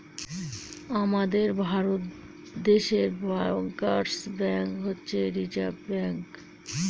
আমাদের ভারত দেশে bankers bank হচ্ছে রিসার্ভ ব্যাঙ্ক